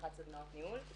מנחת סדנאות ניהול.